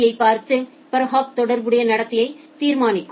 யைப் பார்த்து பெர்ஹாப் தொடர்புடைய நடத்தையை தீர்மானிக்கும்